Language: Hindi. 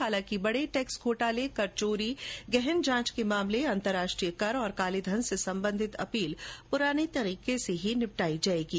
हालांकि बड़े टैक्स घोटार्ल कर चोरी गहन जांच के मामले अंतर्राष्ट्रीय कर और कालेधन से संबंधित अपील पुराने तरीके से ही निपटाई जाएंगी